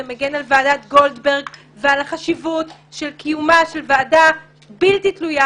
שאתה מגן על ועדת גולדברג ועל החשיבות לקיומה של ועדה בלתי תלויה